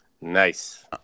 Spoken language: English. Nice